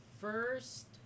first